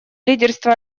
лидерство